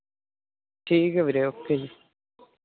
ਠੀਕ ਹੈ ਵੀਰੇ ਓਕੇ ਜੀ